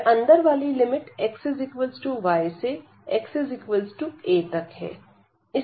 यह अंदर वाली लिमिट xy से xa तक है